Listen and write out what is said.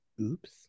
Oops